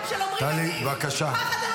טלי, טלי.